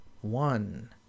one